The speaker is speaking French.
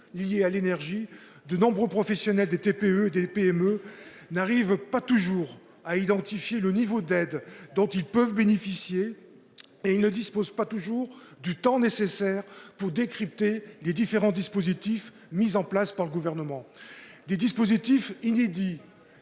liés à l'énergie. De nombreux professionnels des TPE, des PME n'arrivent pas toujours à identifier le niveau d'aide dont ils peuvent bénéficier et il ne dispose pas toujours du temps nécessaire pour décrypter les différents dispositifs mis en place par le gouvernement. Des dispositifs inédits.